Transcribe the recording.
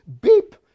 beep